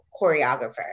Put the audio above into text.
choreographer